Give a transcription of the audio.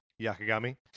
Yakagami